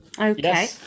Okay